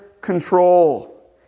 control